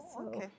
Okay